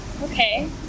Okay